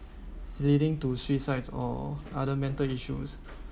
leading to suicide or other mental issues